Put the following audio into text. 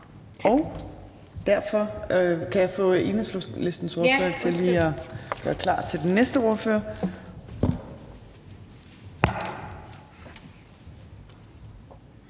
ordfører. Kan jeg få Enhedslistens ordfører til lige at gøre klar til den næste ordfører?